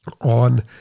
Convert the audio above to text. on